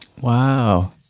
Wow